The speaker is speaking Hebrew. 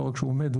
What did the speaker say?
לא רק שהוא עומד,